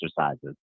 exercises